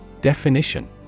Definition